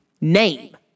Name